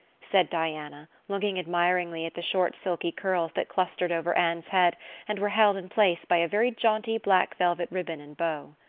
said diana, looking admiringly at the short, silky curls that clustered over anne's head and were held in place by a very jaunty black velvet ribbon and bow.